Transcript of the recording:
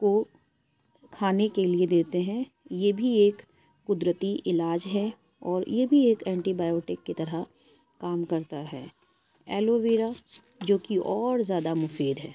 کو کھانے کے لیے دیتے ہیں یہ بھی ایک قدرتی علاج ہے اور یہ بھی ایک اینٹی بائیوٹک کی طرح کام کرتا ہے ایلوویرا جو کہ اور زیادہ مفید ہے